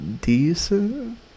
decent